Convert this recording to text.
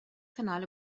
kanal